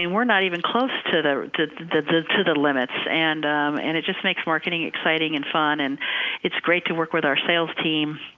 and we're not even close to the to the limits. and and it just makes marketing exciting and fun, and it's great to work with our sales team